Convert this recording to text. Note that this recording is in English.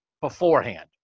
beforehand